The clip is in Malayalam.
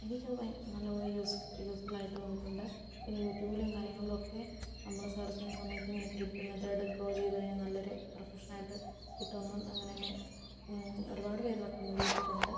എനിക്കത് പയ് നല്ലപ്പോലെ യൂസ് യൂസ്ഫുള്ളായിട്ട് തോന്നിയിട്ടുണ്ട് പിന്നെ യൂട്യൂബിലും കാര്യങ്ങളിലും ഒക്കെ നമ്മള് സർച്ച് ചെയ്യുന്ന സമയത്ത് ഇങ്ങനെ ഗ്രിഡ് മെത്തേഡ് ഡ്രോ ചെയ്ത് കഴിഞ്ഞാൽ നല്ലൊരു പ്രൊഫഷനലായിട്ട് കിട്ടുവെന്നും അങ്ങനെ തന്നെ ഒരുപാട് പേര് റെക്കമെൻറ്റ് ചെയ്തിട്ടുണ്ട്